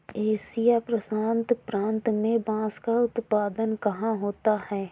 Asia प्रशांत प्रांत में बांस का उत्पादन कहाँ होता है?